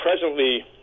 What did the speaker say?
presently